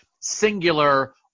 singular